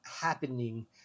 happening